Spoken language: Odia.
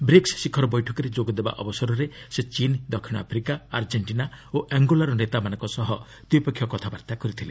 ବ୍ରିକ୍ସ ଶିଖର ବୈଠକରେ ଯୋଗ ଦେବା ଅବସରରେ ସେ ଚୀନ୍ ଦକ୍ଷିଣ ଆଫ୍ରିକା ଆର୍ଜେଣ୍ଟିନା ଓ ଆଙ୍ଗୋଲାର ନେତାମାନଙ୍କ ସହ ଦ୍ୱିପକ୍ଷୀୟ କଥାବାର୍ତ୍ତା କରିଥିଲେ